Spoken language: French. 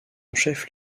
chef